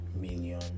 million